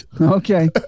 okay